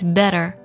better